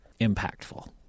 impactful